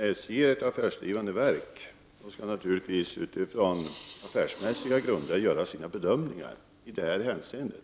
Herr talman! SJ är ett affärsdrivande verk och skall naturligtvis utifrån affärsmässiga grunder göra sina bedömningar i detta hänseende.